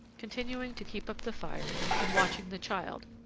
continuing to keep up the fire and watching the child,